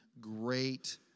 great